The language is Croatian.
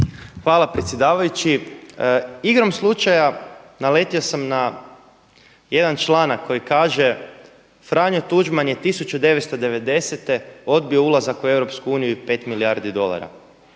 Hvala predsjedavajući. Igrom slučaja naletio sam na jedan članak koji kaže: „Franjo Tuđman je 1990. odbio ulazak u Europsku uniju i 5 milijardi dolara.“